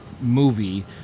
movie